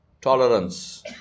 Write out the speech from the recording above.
tolerance